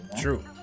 True